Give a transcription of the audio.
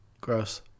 Gross